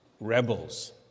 rebels